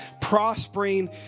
prospering